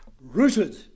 Rooted